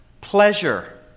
Pleasure